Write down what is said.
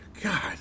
God